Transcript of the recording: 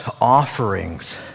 offerings